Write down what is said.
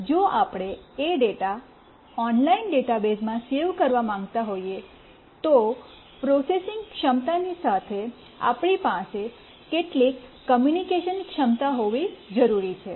જો આપણે એ ડેટા ઓનલાઇન ડેટાબેઝમાં સેવ કરવા માંગતા હોઈએ તો પ્રોસેસિંગ ક્ષમતાની સાથે આપણી પાસે કેટલીક કૉમ્યૂનિકેશન ક્ષમતા હોવી જરૂરી છે